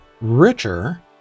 richer